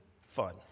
fun